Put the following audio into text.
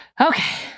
Okay